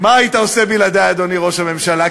מה היית עושה בלעדי, אדוני ראש הממשלה?